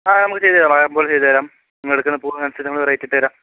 ആ നമുക്ക് ചെയ്ത് തരാം പോലെ ചെയ്ത് തരാം നിങ്ങള് വാങ്ങുന്ന പൂവിനനുസരിച്ചു നമ്മള് റേറ്റിട്ട് തരാം